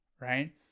right